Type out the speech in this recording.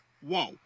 whoa